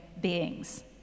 beings